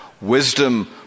wisdom